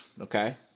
Okay